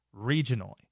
regionally